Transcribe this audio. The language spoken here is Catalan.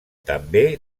també